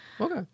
Okay